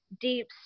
deep